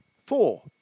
Four